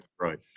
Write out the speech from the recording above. right